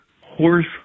horse